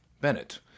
Bennett